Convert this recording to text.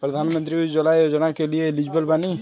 प्रधानमंत्री उज्जवला योजना के लिए एलिजिबल बानी?